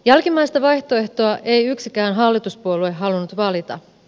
jälkimmäistä vaihtoehtoa ei yksikään hallituspuolue halunnut valita